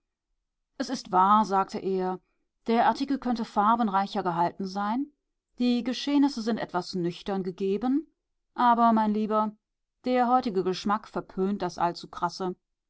es ist wahr sagte er der artikel könnte farbenreicher gehalten sein die geschehnisse sind etwas nüchtern gegeben aber mein lieber der heutige geschmack verpönt das